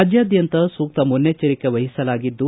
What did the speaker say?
ರಾಜ್ಯಾದ್ಯಂತ ಸೂಕ್ತ ಮುನ್ನೆಜ್ಜರಿಕೆ ವಹಿಸಲಾಗಿದ್ದು